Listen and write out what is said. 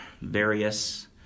various